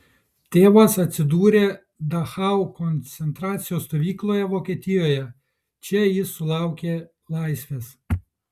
tėvas atsidūrė dachau koncentracijos stovykloje vokietijoje čia jis sulaukė laisvės